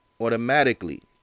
automatically